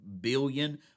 billion